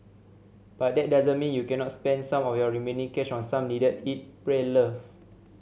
but that doesn't mean you cannot spend some of your remaining cash on some needed eat pray love